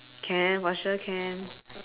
can for sure can